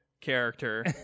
character